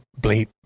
bleep